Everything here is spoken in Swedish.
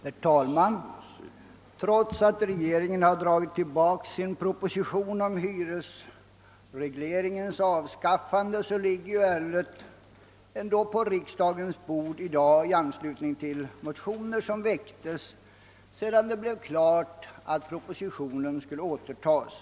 Herr talman! Trots att regeringen har dragit tillbaka sin proposition om hyresregleringens avskaffande ligger i dag ärendet på riksdagens bord i anslutning till motioner som väcktes sedan det blev klart att propositionen skulle återtas.